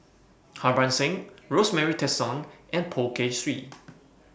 Harbans Singh Rosemary Tessensohn and Poh Kay Swee